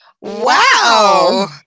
Wow